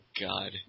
God